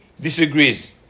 disagrees